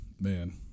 Man